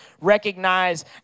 recognize